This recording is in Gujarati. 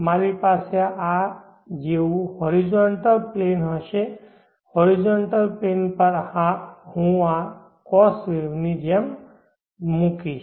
મારી પાસે આ જેવું હોરિઝોન્ટલ પ્લેન હશે હોરિઝોન્ટલ પ્લેન પર હું આ cos વેવને આની જેમ મૂકીશ